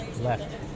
left